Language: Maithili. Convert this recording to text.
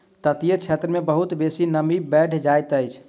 तटीय क्षेत्र मे बहुत बेसी नमी बैढ़ जाइत अछि